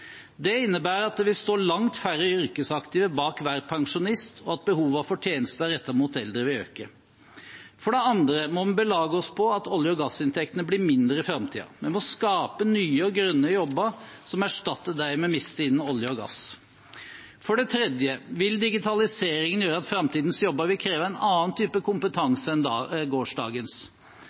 Det innebærer at det vil stå langt færre yrkesaktive bak hver pensjonist, og at behovene for tjenester rettet mot eldre vil øke. For det andre må vi belage oss på at olje- og gassinntektene blir mindre i framtiden. Vi må skape nye og grønnere jobber som erstatter dem vi mister innen olje og gass. For det tredje vil digitaliseringen gjøre at framtidens jobber vil kreve en annen type kompetanse enn gårsdagens.